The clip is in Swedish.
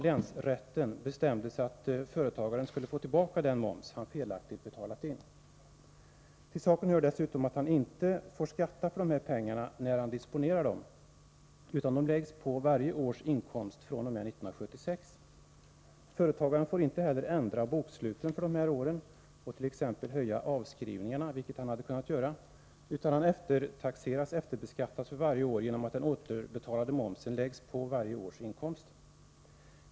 Länsrätten bestämde att företagaren skulle få tillbaka den del av mervärdeskatten som han felaktigt betalat in. Till saken hör också att företagaren inte skall skatta för pengarna det år han disponerar dem. I stället skall de pengarna läggas till varje års inkomst fr.o.m. 1976. Inte heller får företagaren göra någon ändring i boksluten för de aktuella åren. Han får t.ex. inte öka avskrivningarna, vilket han egentligen hade kunnat göra. Företagaren efterbeskattas varje år genom att den återbetalade momsen läggs till varje års inkomst.